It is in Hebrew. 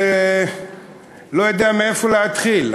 אני לא יודע מאיפה להתחיל,